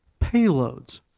payloads